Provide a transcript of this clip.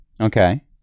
Okay